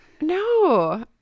No